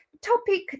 Topic